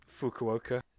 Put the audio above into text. Fukuoka